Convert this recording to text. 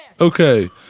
Okay